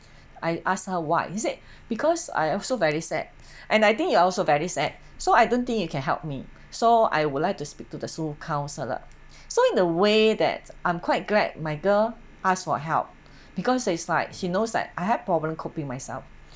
I ask her why she said because I also very sad and I think you are also very sad so I don't think you can help me so I would like to speak to the school counsellor so in the way that I'm quite glad my girl ask for help because there's like she knows that I have problem coping myself